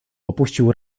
opuścił